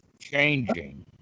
changing